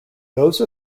those